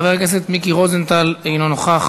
חבר הכנסת מיקי רוזנטל, אינו נוכח.